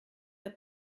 der